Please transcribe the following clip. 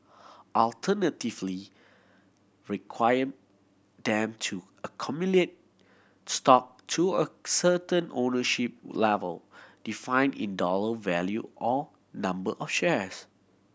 alternatively require them to accumulate stock to a certain ownership level defined in dollar value or number of shares